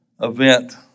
event